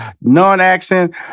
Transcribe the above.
non-accent